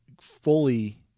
fully